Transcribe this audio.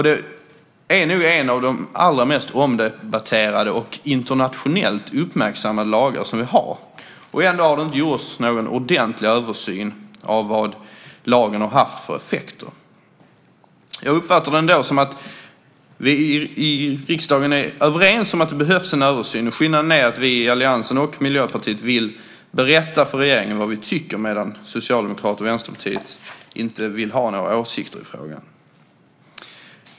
Det är nog en av de allra mest omdebatterade och internationellt uppmärksammade lagar som vi har, och ändå har det inte gjorts någon ordentlig översyn av vad lagen har haft för effekter. Jag uppfattar det så att vi i riksdagen är överens om att det behövs en översyn. Skillnaden är att vi i alliansen och Miljöpartiet vill berätta för regeringen vad vi tycker medan Socialdemokraterna och Vänsterpartiet inte vill ha några åsikter i frågan.